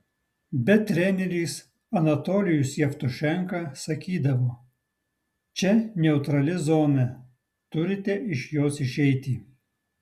bet treneris anatolijus jevtušenka sakydavo čia neutrali zona turite iš jos išeiti